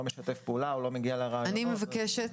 משתף פעולה או לא מגיע לריאיון --- אני מבקשת,